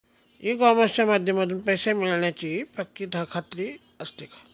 E कॉमर्सच्या माध्यमातून पैसे मिळण्याची पक्की खात्री असते का?